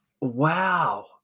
Wow